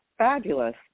Fabulous